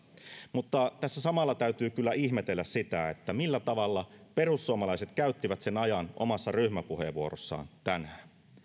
mutta tässä samalla täytyy kyllä ihmetellä sitä millä tavalla perussuomalaiset käyttivät sen ajan omassa ryhmäpuheenvuorossaan tänään